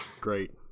Great